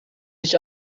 nicht